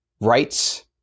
rights